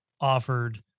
offered